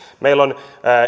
meillä on